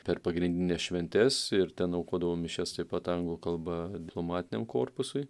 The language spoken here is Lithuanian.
per pagrindines šventes ir ten aukodavau mišias taip pat anglų kalba diplomatiniam korpusui